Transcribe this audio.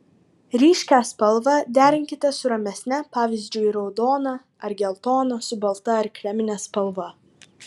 ryškią spalvą derinkite su ramesne pavyzdžiui raudoną ar geltoną su balta ar kremine spalva